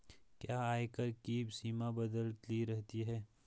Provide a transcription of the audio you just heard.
क्या आयकर की सीमा बदलती रहती है?